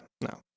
No